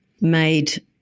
made